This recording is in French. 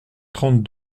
trente